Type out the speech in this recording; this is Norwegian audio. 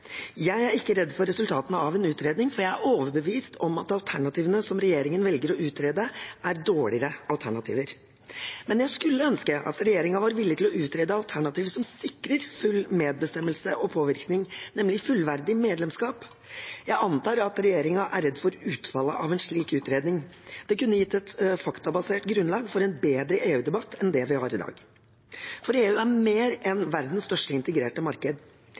Jeg er ikke redd for resultatene av en utredning, for jeg er overbevist om at alternativene som regjeringen velger å utrede, er dårligere alternativer. Men jeg skulle ønske regjeringen var villig til å utrede alternativet som sikrer full medbestemmelse og påvirkning, nemlig fullverdig medlemskap. Jeg antar at regjeringen er redd for utfallet av en slik utredning. Det kunne gitt et faktabasert grunnlag for en bedre EU-debatt enn den vi har i dag. For EU er mer enn verdens største integrerte marked.